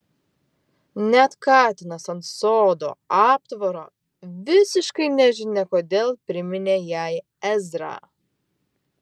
net katinas ant sodo aptvaro visiškai nežinia kodėl priminė jai ezrą